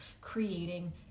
creating